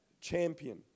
champion